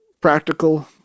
practical